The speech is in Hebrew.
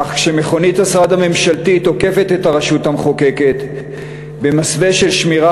אך כשמכונית השרד הממשלתית עוקפת את הרשות המחוקקת במסווה של שמירה